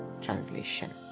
translation